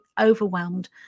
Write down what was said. overwhelmed